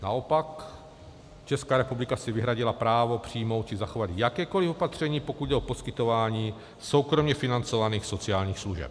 Naopak Česká republika si vyhradila právo přijmout či zachovat jakékoli opatření, pokud jde o poskytování soukromě financovaných sociálních služeb.